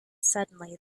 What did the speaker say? suddenly